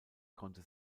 konnte